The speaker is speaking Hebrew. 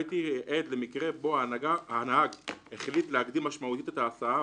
הייתי עד למקרה בו הנהג החליט להקדים משמעותית את ההסעה,